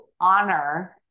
honor